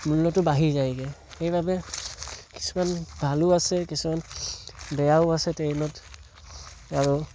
মূল্যটো বাঢ়ি যায়গৈ সেইবাবে কিছুমান ভালো আছে কিছুমান বেয়াও আছে ট্ৰেইনত আৰু